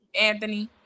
Anthony